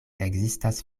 ekzistas